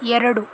ಎರಡು